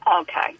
Okay